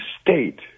state